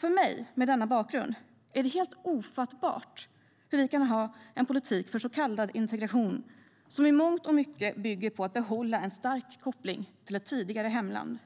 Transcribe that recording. För mig med denna bakgrund är det helt ofattbart hur vi kan ha en politik för så kallad integration som i mångt och mycket bygger på att behålla en stark koppling till ett tidigare hemland.